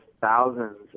thousands